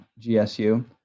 GSU